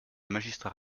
magistrat